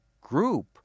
group